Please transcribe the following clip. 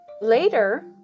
later